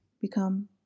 become